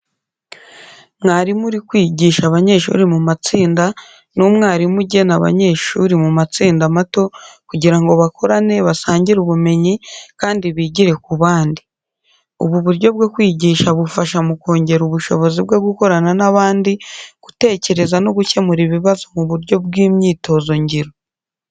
Mwarimu uri kwigisha abanyeshuri mu matsinda ni umwarimu ugena abanyeshuri mu matsinda mato kugira ngo bakorane, basangire ubumenyi, kandi bigire ku bandi. Ubu buryo bwo kwigisha bufasha mu kongera ubushobozi bwo gukorana n’abandi, gutekereza no gukemura ibibazo mu buryo bw’imyitozo ngiro.